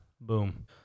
Boom